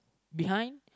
behind